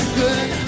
good